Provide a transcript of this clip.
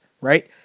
right